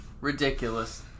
Ridiculous